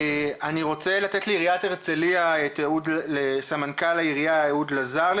סמנכ"ל עירית הרצליה אהוד לזר.